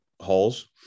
halls